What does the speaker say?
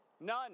none